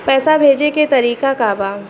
पैसा भेजे के तरीका का बा?